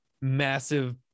massive